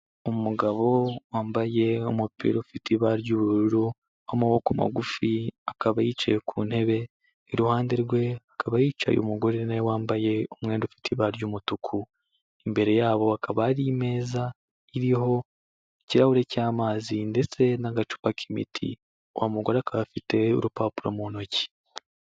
Umugabo wambaye umupira ufite ibara ry'ubururu w'amaboko magufi akaba yicaye ku ntebe, iruhande rwe akaba yicaye umugore nawe wambaye umwenda ufite ibara ry'umutuku. Imbere yabo hakaba hari meza iriho ikirahure cy'amazi ndetse n'agacupa k'imiti, wa mugore akaba afite urupapuro mu ntoki.